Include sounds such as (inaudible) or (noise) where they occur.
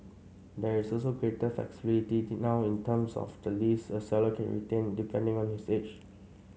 there is also greater flexibility (unintelligible) now in terms of the lease a seller can retain depending on his age